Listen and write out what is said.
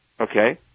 okay